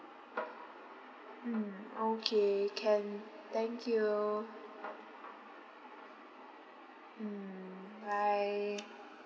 mm okay can thank you mm bye